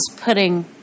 putting